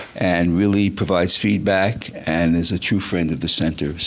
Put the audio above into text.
and really provides feedback, and is a true friend of the center.